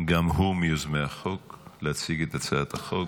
גם הוא מיוזמי החוק, להציג את הצעת החוק.